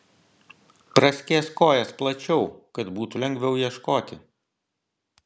praskėsk kojas plačiau kad būtų lengviau ieškoti